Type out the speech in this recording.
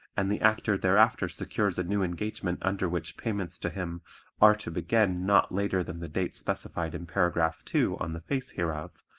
and the actor thereafter secures a new engagement under which payments to him are to begin not later than the date specified in paragraph two on the face hereof,